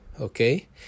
okay